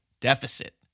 deficit